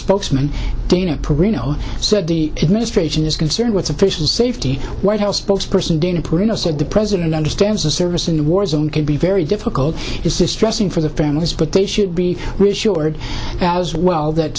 spokesman dana perino said the administration is concerned with officials safety white house spokesperson dana perino said the president understands the service in the war zone can be very difficult it's distressing for the families but they should be reassured as well th